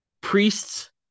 priests